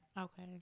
Okay